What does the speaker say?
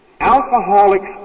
Alcoholics